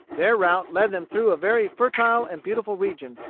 their route led them through a very fertile and beautiful region,